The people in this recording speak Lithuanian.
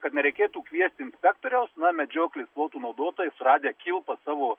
kad nereikėtų kviesti inspektoriaus na medžioklės plotų naudotojai suradę kilpą savo